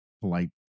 polite